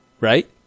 right